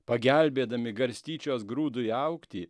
pagelbėdami garstyčios grūdui augti